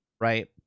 right